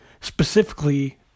specifically